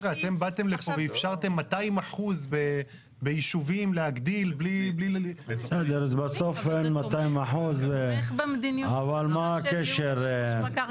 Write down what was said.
אתם באתם לפה ואיפשרתם 200% ביישובים להגדיל בלי --- אבל מה הקשר,